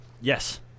Yes